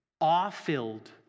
awe-filled